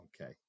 okay